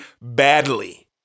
badly